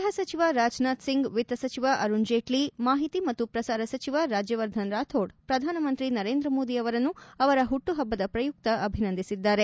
ಗ್ಬಹ ಸಚಿವ ರಾಜನಾಥ್ ಸಿಂಗ್ ವಿತ್ತ ಸಚಿವ ಅರುಣ್ ಜೀಟ್ಲ ಮಾಹಿತಿ ಮತ್ತು ಪ್ರಸಾರ ಸಚಿವ ರಾಜ್ಯವರ್ಧನ್ ರಾಥೋಡ್ ಪ್ರಧಾನಮಂತ್ರಿ ನರೇಂದ್ರ ಮೋದಿಯವರನ್ನು ಅವರ ಹುಟ್ಟುಹಬ್ಬದ ಪ್ರಯುಕ್ತ ಅಭಿನಂದಿಸಿದ್ದಾರೆ